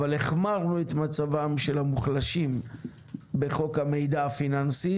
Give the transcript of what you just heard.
אבל החמרנו את מצבם של המוחלשים בחוק המידע הפיננסי